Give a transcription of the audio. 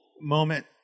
moment